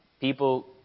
People